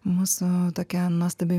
mūsų tokia nuostabi